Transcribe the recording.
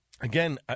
again